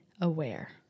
aware